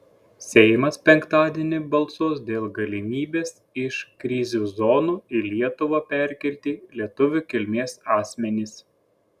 seimas penktadienį balsuos dėl galimybės iš krizių zonų į lietuvą perkelti lietuvių kilmės asmenis